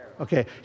Okay